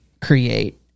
create